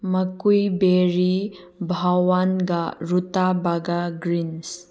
ꯃꯀꯨꯏꯕꯦꯔꯤ ꯚꯥꯋꯥꯟꯒ rutabaga greens